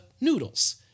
noodles